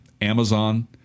Amazon